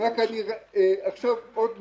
עוד משהו,